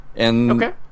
Okay